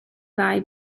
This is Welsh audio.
ddau